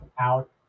out